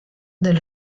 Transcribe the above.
del